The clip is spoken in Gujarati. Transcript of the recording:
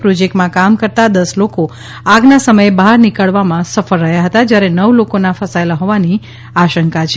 પ્રોજેક્ટમાં કામ કરતા દસ લોકો આગના સમયે બહાર નીકળવામાં સફળ રહ્યા હતા જ્યારે નવ લોકોના ફસાયેલા હોવાની આશંકા છે